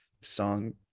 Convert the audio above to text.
song